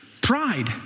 Pride